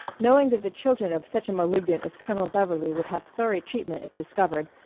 knowing that the children of such a malignant as colonel beverley would have sorry treatment if discovered,